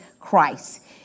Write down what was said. Christ